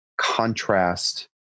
contrast